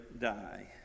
die